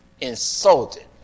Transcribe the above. insulted